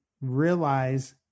realize